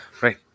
Right